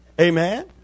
Amen